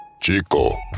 Chico